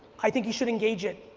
i think you should engage it.